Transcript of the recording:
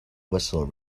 whistle